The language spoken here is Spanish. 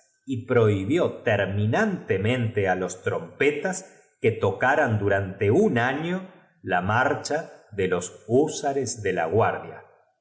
y dijo los trompetas que tocaran durante un año la marcha de los llúsares de la guatdia